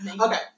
Okay